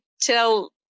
tell